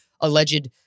alleged